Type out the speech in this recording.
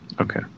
Okay